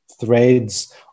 threads